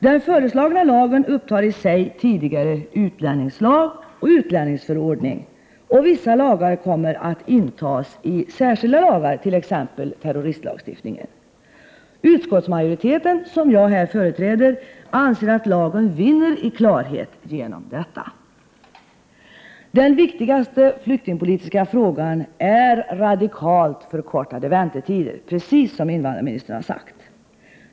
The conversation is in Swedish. Den föreslagna lagen upptar i sig tidigare utlänningslag och utlänningsförordning, och vissa lagar kommer att intas i särskilda lagar, t.ex. terroristlagstiftningen. Utskottsmajoriteten, som jag här företräder, anser att lagen vinner i klarhet genom detta. Den viktigaste flyktingpolitiska frågan är radikalt förkortade väntetider, Prot. 1988/89:125 precis som invandrarministern har sagt.